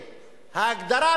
היושב-ראש,